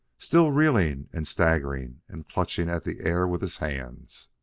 still reeling and staggering and clutching at the air with his hands,